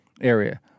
area